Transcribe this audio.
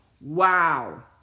Wow